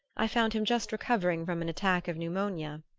i found him just recovering from an attack of pneumonia.